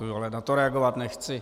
Ale na to reagovat nechci.